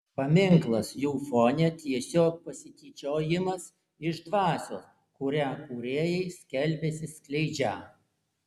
paminklas jų fone tiesiog pasityčiojimas iš dvasios kurią kūrėjai skelbiasi skleidžią